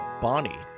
Bonnie